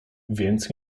więc